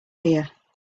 here